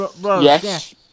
Yes